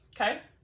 Okay